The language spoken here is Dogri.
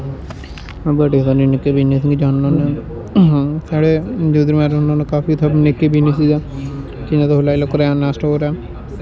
बड़े सारे निक्के बिजनस चलाने होने साढ़ै जिद्दर में रौह्ना होने काफी उत्थै निक्के बिजनस गै जि'यां तुस लाई लैओ करैना स्टोर ऐ